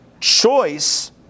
choice